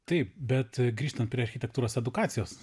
taip bet grįžtant prie architektūros edukacijos